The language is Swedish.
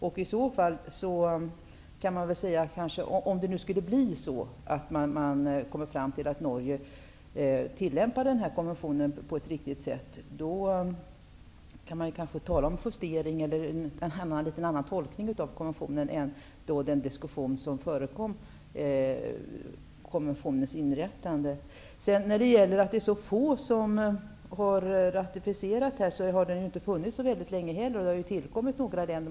Om man nu kommer fram till att Norge tillämpar konventionen på ett riktigt sätt, kan man kanske tala om justering eller en litet annorlunda tolkning av konventionen än vad som gjordes under den diskussion som föregick konventionens inrättande. När det gäller påpekandet att det är så få som har ratificerat konventionen, vill jag säga att den inte har funnits så särskilt länge. Och det har ju tillkommit några länder.